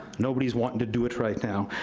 nobody's wanting to do it right now.